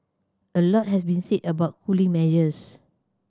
a lot has been said about cooling measures